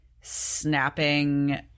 snapping